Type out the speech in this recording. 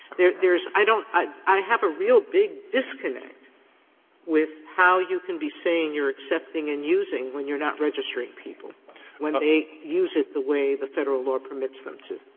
there there's i don't i have a real big disconnect with how you can be saying you're accepting and using, when you're not registering people when they use it the way the federal law permits them to.